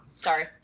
Sorry